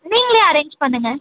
நீங்களே அரேஞ்ச் பண்ணுங்கள்